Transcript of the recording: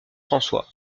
françois